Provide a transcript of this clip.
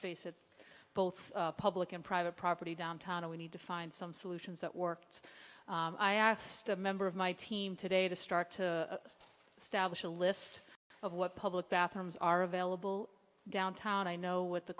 face it both public and private property downtown we need to find some solutions that worked i asked a member of my team today to start to establish a list of what public bathrooms are available downtown i know with the